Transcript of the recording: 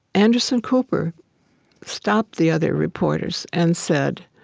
anderson cooper stopped the other reporters and said,